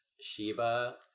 Shiba